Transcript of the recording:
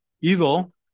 Evil